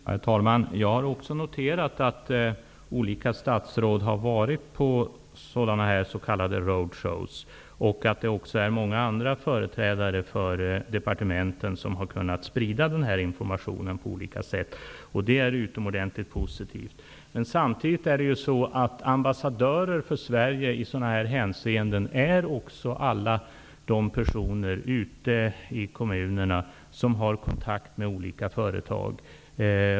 Herr talman! Jag har också noterat att olika statsråd har varit på s.k. road shows och att många andra företrädare för departementen har kunnat sprida denna information på olika sätt. Det är utomordentligt positivt. Men även alla de personer ute i kommunerna som har kontakt med olika företag är ambassadörer för Sverige i detta hänseende.